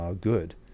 good